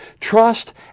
Trust